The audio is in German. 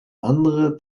andere